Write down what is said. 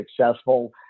successful